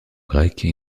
grecque